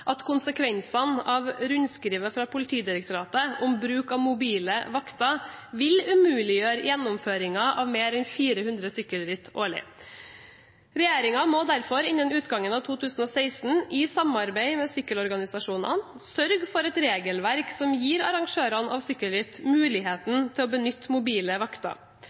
at konsekvensene av rundskrivet fra Politidirektoratet om bruk av mobile vakter vil umuliggjøre gjennomføringen av mer enn 400 sykkelritt årlig. Regjeringen må derfor innen utgangen av 2016, i samarbeid med sykkelorganisasjonene, sørge for et regelverk som gir arrangører av sykkelritt muligheten til å benytte mobile vakter.